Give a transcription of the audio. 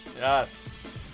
Yes